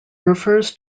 refers